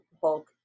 Hulk